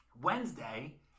Wednesday